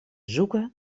zoeken